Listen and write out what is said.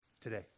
Today